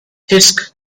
thirsk